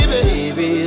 Baby